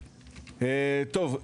שוב,